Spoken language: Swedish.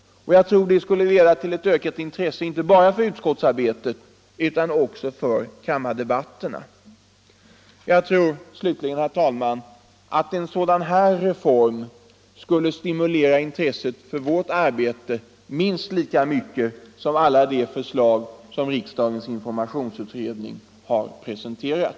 Jag tror det skulle leda till en ökad uppmärksamhet inte bara för utskottsarbetet utan även för kammardebatterna. Jag tror slutligen, herr talman, att en sådan här reform skulle stimulera intresset för vårt arbete minst lika mycket som alla de förslag som riksdagens informationsutredning har presenterat.